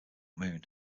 moon